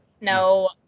No